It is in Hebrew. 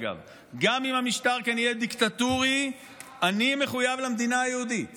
אגב: גם אם המשטר כאן יהיה דיקטטורי אני מחויב למדינה היהודית